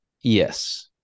Yes